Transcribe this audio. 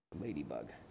Ladybug